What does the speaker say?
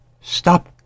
stop